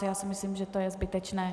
Já si myslím, že to je zbytečné.